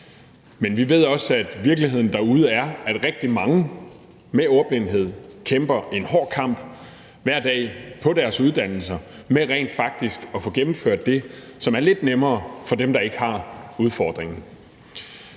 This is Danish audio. men vi ved også, at virkeligheden derude er, at rigtig mange med ordblindhed kæmper en hård kamp hver dag på deres uddannelser med rent faktisk at få gennemført det, som er lidt nemmere for dem, der ikke har udfordringen.